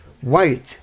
white